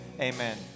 amen